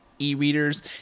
e-readers